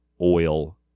oil